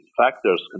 factors